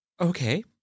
Okay